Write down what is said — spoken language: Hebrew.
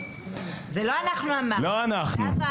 לא אנחנו אמרנו את זה.